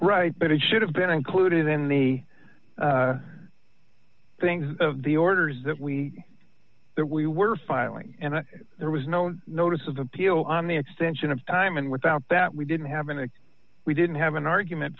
right but it should have been included in the things of the orders that we that we were filing and there was no notice of appeal on the extension of time and without that we didn't have a we didn't have an argument